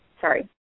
Sorry